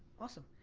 awesome,